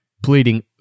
bleeding